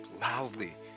loudly